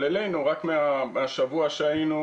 אבל אלינו הגיעו, רק מהשבוע שהיינו